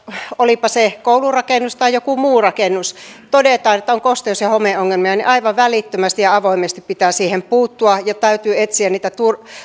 olipa se koulurakennus tai joku muu rakennus todetaan että on kosteus ja homeongelmia niin aivan välittömästi ja avoimesti pitää siihen puuttua ja täytyy etsiä